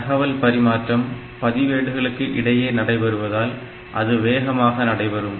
தகவல் பரிமாற்றம் பதிவேடுகளுக்கு இடையே நடைபெறுவதால் அது வேகமாக நடைபெறும்